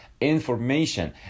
information